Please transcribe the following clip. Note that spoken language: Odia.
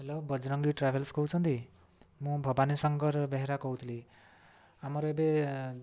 ହ୍ୟାଲୋ ବଜରଙ୍ଗୀ ଟ୍ରାଭେଲ୍ସ୍ କହୁଛନ୍ତି ମୁଁ ଭବାନୀ ଶଙ୍କର ବେହେରା କହୁଥିଲି ଆମର ଏବେ